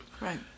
Right